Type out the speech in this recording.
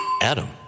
Adam